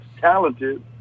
talented